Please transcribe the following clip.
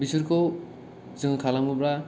बेसोरखौ जों खालामोब्ला